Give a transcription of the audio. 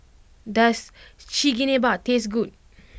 does Chigenabe taste good